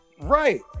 Right